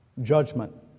judgment